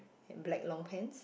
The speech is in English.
and black long pants